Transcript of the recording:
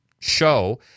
show